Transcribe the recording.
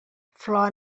flor